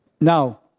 Now